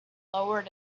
lowered